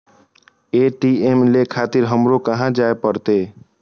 ATM ले खातिर हमरो कहाँ जाए परतें?